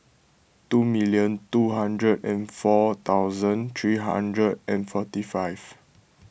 two million two hundred and four thousand three hundred and forty five